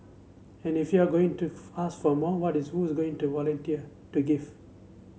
and if you are going to ask from more what is who is going to volunteer to give